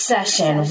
Session